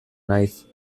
naiz